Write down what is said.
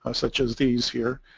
ah such as these here,